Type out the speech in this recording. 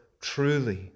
truly